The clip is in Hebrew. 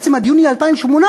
בעצם עד יוני 2018,